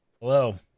Hello